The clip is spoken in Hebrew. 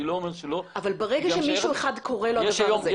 אני לא אומר שלא --- אבל ברגע שלמישהו אחד קורה הדבר הזה,